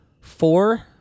four